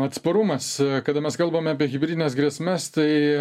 atsparumas kada mes kalbame apie hibridines grėsmes tai